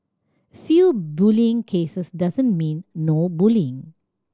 few bullying cases doesn't mean no bullying